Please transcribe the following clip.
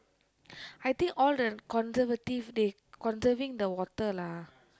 I think all the conservative they conserving the water lah